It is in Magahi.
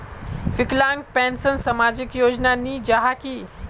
विकलांग पेंशन सामाजिक योजना नी जाहा की?